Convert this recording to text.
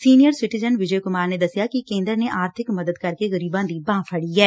senior citizen Vijay Kumar ਨੇ ਦਸਿਆ ਕਿ ਕੇਂਦਰ ਨੇ ਆਰਥਿਕ ਮਦਦ ਕਰਕੇ ਗਰੀਬਾਂ ਦੀ ਬਾਂਹ ਫੜੀ ਐ